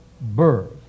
birth